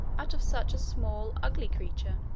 out of such a small, ugly creature.